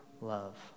love